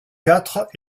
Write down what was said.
quatre